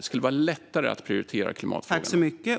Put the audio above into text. Det skulle vara lättare att prioritera klimatfrågan.